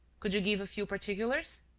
could you give a few particulars?